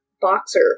boxer